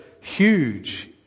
huge